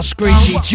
Screechy